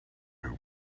who